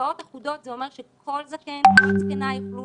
מרפאות אחודות זה אומר שכל זקן וכל זקנה יוכלו